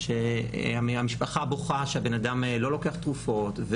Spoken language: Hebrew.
שהמשפחה בוכה שהבן-אדם לא לוקח תרופות,